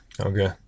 okay